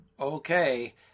okay